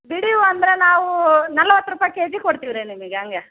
ಬಿಡಿ ಹೂವ ಅಂದ್ರೆ ನಾವು ನಲ್ವತ್ತು ರೂಪಾಯಿ ಕೆಜಿ ಕೊಡ್ತೀವಿ ರೀ ನಿಮಿಗೆ ಹಂಗೆ